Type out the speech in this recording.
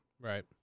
right